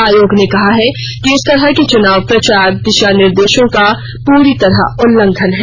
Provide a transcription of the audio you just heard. आयोग ने कहा है कि इस तरह के चुनाव प्रचार दिशा निर्देशों का पूरी तरह उल्लंघन है